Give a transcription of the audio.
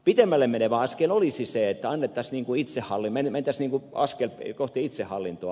pitemmälle menevä askel olisi se että mentäisiin askel kohti itsehallintoa